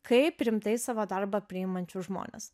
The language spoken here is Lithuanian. kaip rimtai savo darbą priimančius žmones